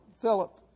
Philip